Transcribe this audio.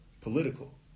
political